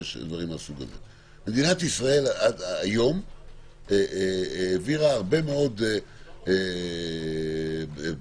מדינת ישראל היום העבירה הרבה מאוד בחורים,